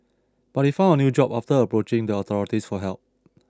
but he found a new job after approaching the authorities for help